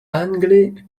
angle